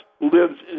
lives